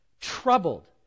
troubled